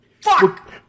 Fuck